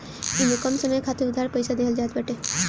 इमे कम समय खातिर उधार पईसा देहल जात बाटे